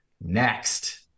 Next